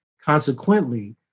Consequently